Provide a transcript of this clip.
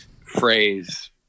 phrase